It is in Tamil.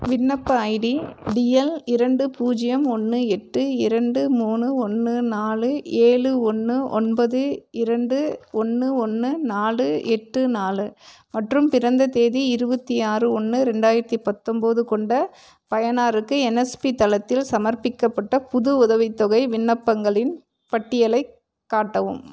விண்ணப்ப ஐடி டிஎல் இரண்டு பூஜ்ஜியம் ஒன்று எட்டு இரண்டு மூணு ஒன்று நாலு ஏழு ஒன்று ஒன்பது இரண்டு ஒன்று ஒன்று நாலு எட்டு நாலு மற்றும் பிறந்த தேதி இருபத்தி ஆறு ஒன்று ரெண்டாயிரத்தி பத்தொம்பது கொண்ட பயனருக்கு என்எஸ்பி தளத்தில் சமர்ப்பிக்கப்பட்ட புது உதவித்தொகை விண்ணப்பங்களின் பட்டியலைக் காட்டவும்